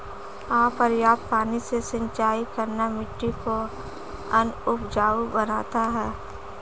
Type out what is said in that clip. अपर्याप्त पानी से सिंचाई करना मिट्टी को अनउपजाऊ बनाता है